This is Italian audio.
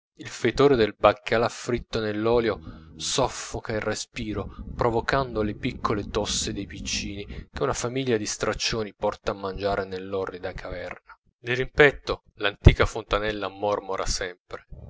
il fetore del baccalà fritto nell'olio soffoca il respiro provocando le piccole tossi dei piccini che una famiglia di straccioni porta a mangiare nell'orrida caverna dirimpetto l'antica fontanella mormora sempre